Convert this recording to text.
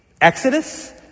Exodus